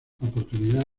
oportunidad